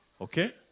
Okay